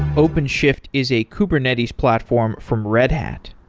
openshift is a kubernetes platform from red hat.